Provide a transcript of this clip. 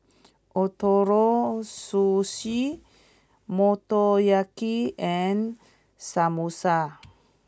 Ootoro Sushi Motoyaki and Samosa